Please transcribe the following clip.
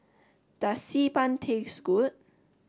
does Xi Ban taste good